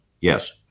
Yes